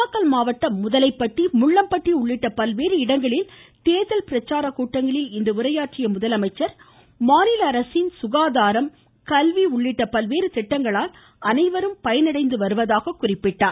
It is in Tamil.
நாமக்கல் மாவட்டம் முதலைப்பட்டி முள்ளம்பட்டி உள்ளிட்ட பல்வேறு இடங்களில் தேர்தல் பிரச்சாரக்கூட்டத்தில் உரையாற்றிய முதல்வர் மாநில அரசின் சுகாதாரம் கல்வி உள்ளிட்ட பல்வேறு திட்டங்களால் அனைவரும் பயனடைந்து வருவதாக சுட்டிக்காட்டினார்